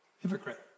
Hypocrite